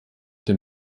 dem